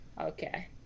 Okay